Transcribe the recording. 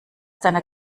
deiner